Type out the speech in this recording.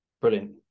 brilliant